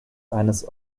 eines